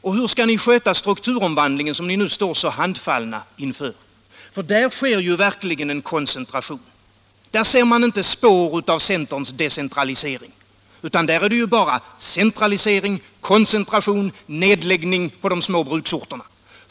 Och hur skall ni sköta strukturomvandlingen, som ni nu står så handfallna inför? Där sker ju verkligen en koncentration. Där ser man inte ett spår av centerns decentralisering, utan där är det bara centralisering, koncentration, nedläggningar på de små bruksorterna.